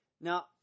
Now